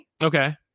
okay